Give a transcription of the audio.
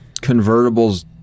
convertibles